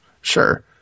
Sure